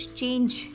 change